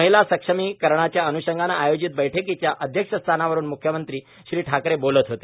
महिला सक्षमीकरणाच्या अन्षंगाने आयोजित बैठकीच्या अध्यक्षस्थानावरुन म्ख्यमंत्री ठाकरे बोलत होते